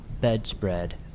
bedspread